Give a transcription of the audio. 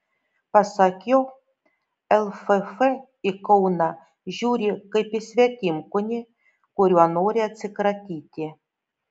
pasak jo lff į kauną žiūri kaip į svetimkūnį kuriuo nori atsikratyti